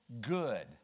good